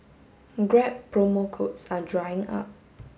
grab promo codes are drying up